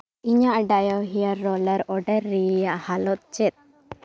ᱤᱧᱟᱹᱜ ᱰᱟᱭᱚ hair roller order ᱨᱮᱭᱟᱜ ᱦᱟᱞᱚᱛ ᱪᱮᱫ